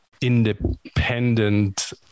independent